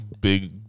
big